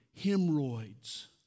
hemorrhoids